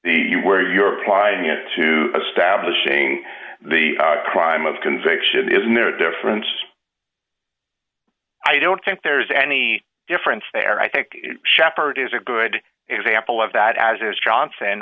the where you're applying it to establishing the crime of conviction isn't there a difference i don't think there's any difference there i think sheppard is a good example of that as is johnson